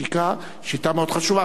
שיטה מאוד חשובה.